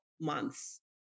months